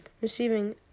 Receiving